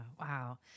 wow